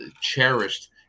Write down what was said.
cherished